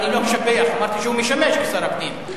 אני לא משבח, אמרתי שהוא משמש כשר הפנים.